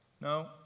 No